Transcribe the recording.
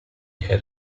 head